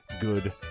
good